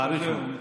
מעריכים.